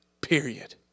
period